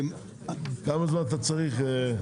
כמה זמן אתה צריך?